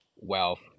wealth